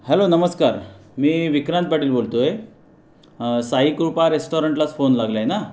hello नमस्कार मी विक्रांत पाटील बोलत आहे साईकृपा रेस्टारेंटलाच फोन लागला आहे ना